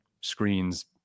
Screens